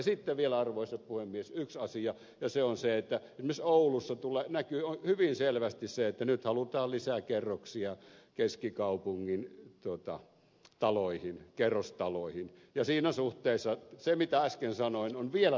sitten vielä arvoisa puhemies yksi asia ja se on se että esimerkiksi oulussa näkyy hyvin selvästi se että nyt halutaan lisää kerroksia keskikaupungin taloihin kerrostaloihin ja siinä suhteessa se mitä äsken sanoin on vielä tärkeämmästä merkityksestä